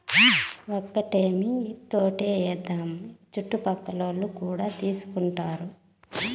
ఒక్కటేమీ తోటే ఏద్దాము చుట్టుపక్కలోల్లు కూడా తీసుకుంటారు